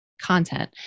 content